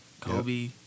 Kobe